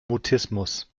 mutismus